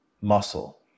muscle